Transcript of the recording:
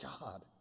God